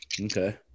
Okay